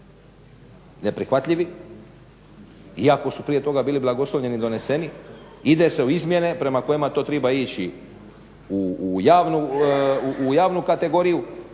neprihvatljivi iako su prije toga bili blagoslovljeni i doneseni, ide se u izmjene prema kojima to treba ići u javnu kategoriju